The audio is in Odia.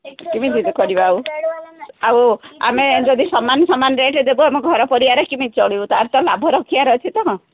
କେମିତି ଏବେ କରିବା ଆଉ ଆଉ ଆମେ ଯଦି ସମାନ ସମାନ ରେଟ୍ରେ ଦେବୁ ଆମ ଘର ପରିବାର କେମିତି ଚଳିବୁ ତାହେଲେ ତ ଲାଭ ରଖିବାର ଅଛି ତ